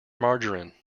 margarine